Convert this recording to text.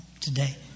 today